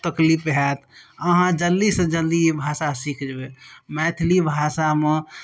तकलीफ होयत अहाँ जल्दीसँ जल्दी भाषा सीख जेबय मैथिली भाषामे